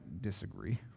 disagree